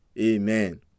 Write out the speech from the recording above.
amen